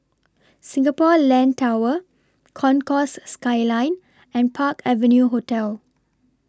Singapore Land Tower Concourse Skyline and Park Avenue Hotel